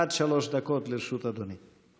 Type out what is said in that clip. עד שלוש דקות לרשות אדוני.